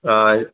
ആ ഇത്